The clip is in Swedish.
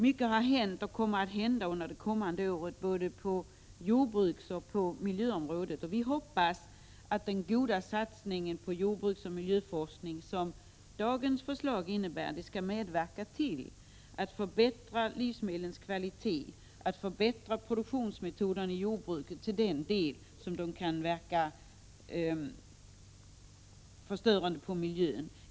Mycket har hänt och kommer att hända under det kommande året på både jordbruksoch miljöområdet. Vi hoppas att den satsning på jordbruksoch miljöforskningen som dagens förslag innebär skall medverka till att förbättra livsmedlens kvalitet och att förbättra produktionsmetoderna i jordbruket i de delar där de kan verka förstörande på miljön.